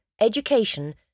education